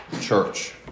church